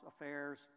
affairs